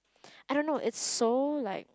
I don't know it's so like